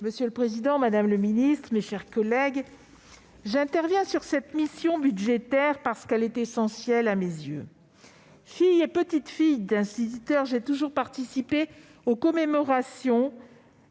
Monsieur le président, madame la ministre, mes chers collègues, j'interviens sur cette mission budgétaire, parce qu'elle est essentielle à mes yeux. Fille et petite-fille d'instituteurs, j'ai toujours participé aux commémorations,